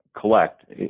collect